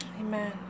Amen